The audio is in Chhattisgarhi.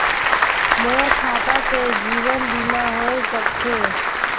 मोर खाता से जीवन बीमा होए सकथे?